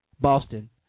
Boston